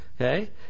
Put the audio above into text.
Okay